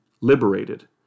liberated